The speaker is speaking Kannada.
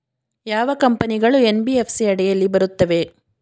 ಯಾವ ಕಂಪನಿಗಳು ಎನ್.ಬಿ.ಎಫ್.ಸಿ ಅಡಿಯಲ್ಲಿ ಬರುತ್ತವೆ?